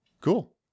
Cool